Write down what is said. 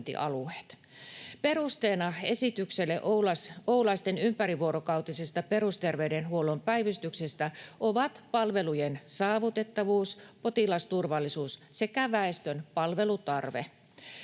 Perusteena esitykselle Oulaisten ympärivuorokautisesta perusterveydenhuollon päivystyksestä ovat palvelujen saavutettavuus, potilasturvallisuus sekä väestön palvelutarve.